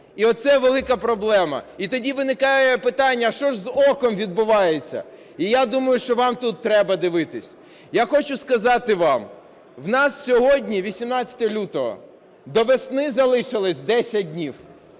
і оце велика проблема. І тоді виникає питання, що ж з "оком" відбувається? І я думаю, що вам тут треба дивитись. Я хочу сказати вам, у нас сьогодні 18 лютого, до весни залишилось 10 днів.